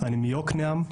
אני מיוקנעם,